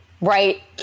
right